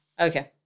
Okay